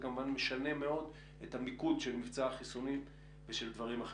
זה כמובן משנה מאוד את המיקוד של מבצע החיסונים ושל דברים האחרים.